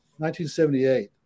1978